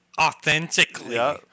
authentically